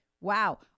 wow